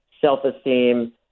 self-esteem